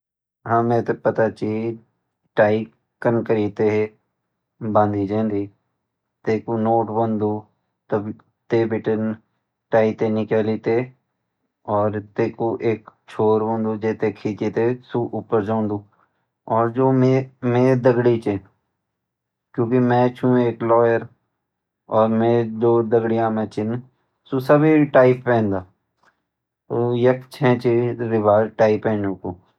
मेते पता छ टाई कन करीते बांधी जानदी तेकु नॉट बन्दू टी बीतीं टाई ते निकली ते और टेकू एक छोर हुंडू जे बितीन उपर जोंदू।